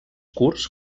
curts